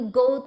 go